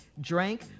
drank